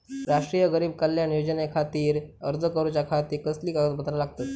राष्ट्रीय गरीब कल्याण योजनेखातीर अर्ज करूच्या खाती कसली कागदपत्रा लागतत?